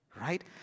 right